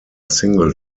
single